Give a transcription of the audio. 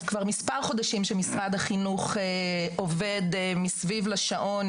חודשים שמשרד החינוך עובד מסביב לשעון.